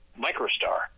MicroStar